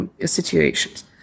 situations